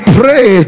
pray